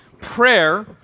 Prayer